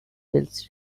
fields